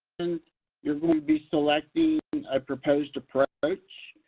and you are going to be selecting a proposed approach,